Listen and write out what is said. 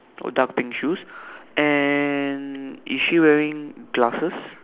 oh dark pink shoes and is she wearing glasses